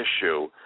issue